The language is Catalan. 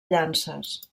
llances